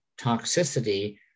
toxicity